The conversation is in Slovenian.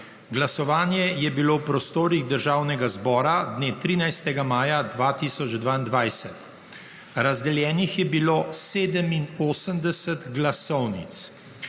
Glasovanje je bilo v prostorih Državnega zbora dne 13. maja 2022. Razdeljenih je bilo 87 glasovnic,